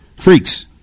freaks